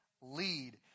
lead